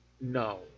No